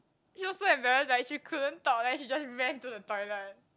she also embarrassed like she couldn't talk then she just ran to the toilet